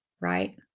right